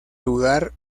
lugar